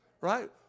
Right